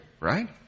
right